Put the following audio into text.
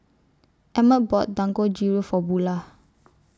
Emett bought Dangojiru For Bulah